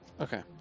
Okay